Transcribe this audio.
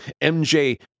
MJ